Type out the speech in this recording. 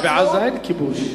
אבל בעזה אין כיבוש.